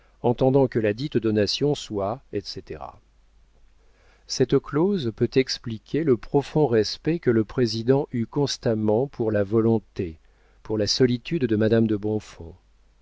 entendant que ladite donation soit etc cette clause peut expliquer le profond respect que le président eut constamment pour la volonté pour la solitude de madame de bonfons